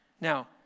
Now